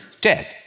dead